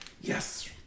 Yes